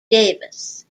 davis